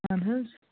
اہَن حظ